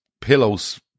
pillows